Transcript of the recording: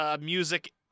music